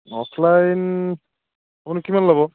offline আপুনি কিমান ল'ব